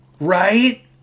right